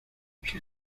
sus